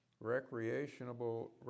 recreational